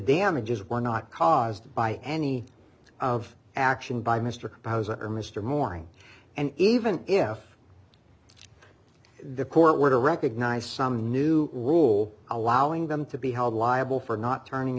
damages were not caused by any of action by mr hauser mr morning and even if the court were to recognize some new rule allowing them to be held liable for not turning